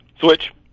switch